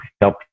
help